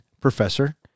Professor